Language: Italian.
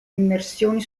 immersioni